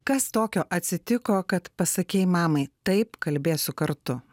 kas tokio atsitiko kad pasakei mamai taip kalbėsiu kartu